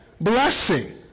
blessing